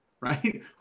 right